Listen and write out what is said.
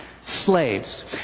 Slaves